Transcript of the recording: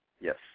Yes